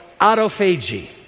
autophagy